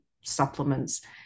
supplements